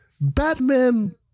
Batman